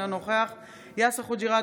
אינו נוכח יאסר חוג'יראת,